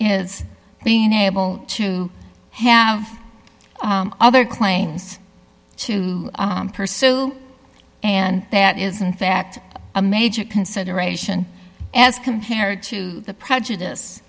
is being able to have other claims to pursue and that is in fact a major consideration as compared to the prejudice